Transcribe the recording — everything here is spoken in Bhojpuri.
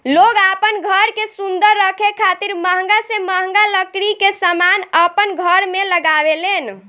लोग आपन घर के सुंदर रखे खातिर महंगा से महंगा लकड़ी के समान अपन घर में लगावे लेन